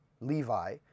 Levi